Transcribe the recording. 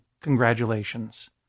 congratulations